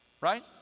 right